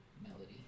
melody